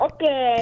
Okay